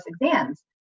exams